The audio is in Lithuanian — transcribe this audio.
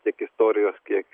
tiek istorijos kiek